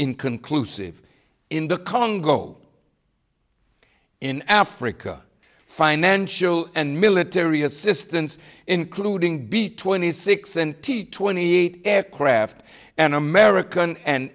inconclusive in the congo in africa financial and military assistance including b twenty six and t twenty eight aircraft and american and